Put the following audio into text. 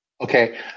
Okay